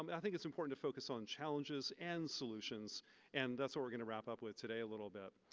um i think it's important to focus on challenges and solutions and that's what we're gonna wrap up with today a little bit.